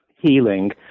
healing